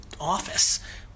office